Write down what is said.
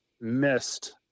missed